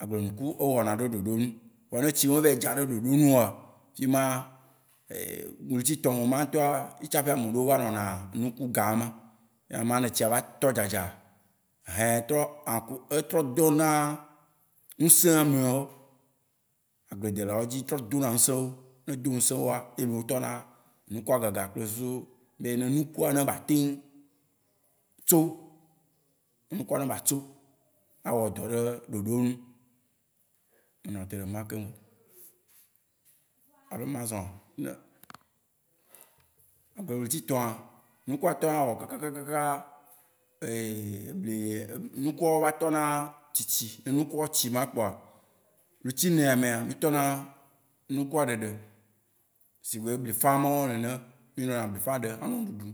Agble nuku, e wɔna ɖe ɖoɖo nu. Vɔ ne etsi me vayi dza ɖe ɖoɖo nu oa, fima, ɣleti tɔ ma ŋutɔa, ye tsaƒe ame ɖewo va nɔna nuku ga ma. Ema ne etsia va tɔ ɖza dza, etrɔ dona nusẽ amea wó. Agble dela wó dzi, trɔ dona nusẽ wóa. Ne edo nusẽ wóa, ye wó tɔna nukua gaga ku susu be ne nukua ne be ateŋu tso. Ne nukua ne be atso., awɔ dɔ ɖe ɖoɖo nu. Me nɔte ɖe fima kemgbɔ. Alo, ma zɔa? Ƒe ɣleti tɔa, nukua tɔna wɔwɔ kaka kaka kaka kaka nukua wó va tɔna tsi tsi. Ne nukua wó tsi ma kpoa, ɣleti enea mea, mí tɔna nukua ɖeɖe. Sigbe be blifã mawó nene. Mí nɔna blifã ɖe anɔ ɖuɖum.